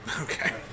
Okay